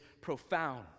profound